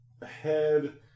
ahead